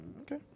Okay